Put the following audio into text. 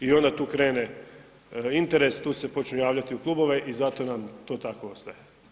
I onda tu krene interes tu se počnu javljati u klubove i zato nam to tako ostaje.